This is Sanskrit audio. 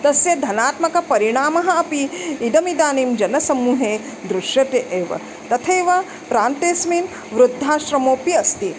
तस्य धनात्मक्परिणामः अपि इदमिदानीं जनसमूहे दृश्यते एव तथैव प्रान्तेस्मिन् वृद्धाश्रमोपि अस्ति